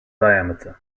diameter